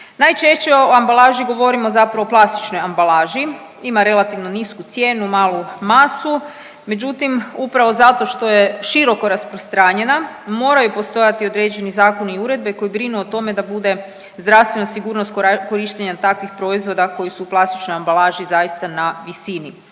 Najčešće o ambalaži govorimo zapravo o plastičnoj ambalaži. Ima relativno nisku cijenu, malu masu, međutim upravo zato što je široko rasprostranjena moraju postojati određeni zakoni i uredbe koji brinu o tome da bude zdravstvena sigurnost korištenja takvih proizvoda koji su u plastičnoj ambalaži zaista na visini.